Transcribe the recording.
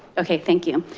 okay, thank you.